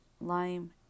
lime